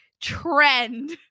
trend